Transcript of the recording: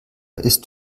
ist